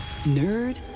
Nerd